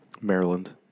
Maryland